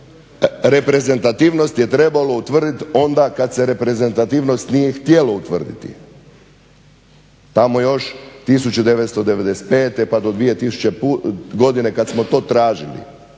reprezentativnost je trebalo utvrdit onda kad se reprezentativnost nije htjelo utvrditi, tamo još 1995. pa do 2000. godine kad smo to tražili.